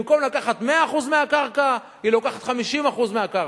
במקום לקחת 100% הקרקע היא לוקחת 50% מהקרקע.